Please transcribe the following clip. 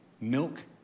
Milk